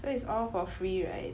so it's all for free right